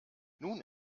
nun